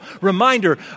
reminder